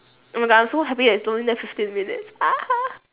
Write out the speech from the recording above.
oh my god I'm so happy that it's only left fifteen minutes